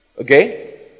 Okay